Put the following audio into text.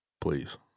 please